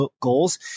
goals